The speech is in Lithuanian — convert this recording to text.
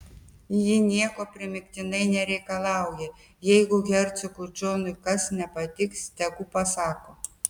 ji nieko primygtinai nereikalauja jeigu hercogui džonui kas nepatiks tegu pasako